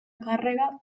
càrrega